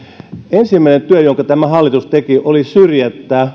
ensimmäinen työ jonka tämä hallitus teki oli opposition syrjäyttäminen